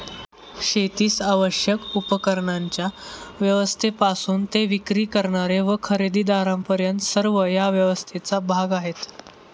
शेतीस आवश्यक उपकरणांच्या व्यवस्थेपासून ते विक्री करणारे व खरेदीदारांपर्यंत सर्व या व्यवस्थेचा भाग आहेत